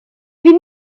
been